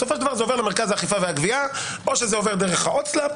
בסופו של דבר זה עובר למרכז האכיפה והגבייה או שזה עובר דרך ההוצל"פ